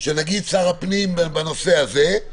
של שר הפנים למשל בנושא הזה,